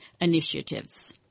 initiatives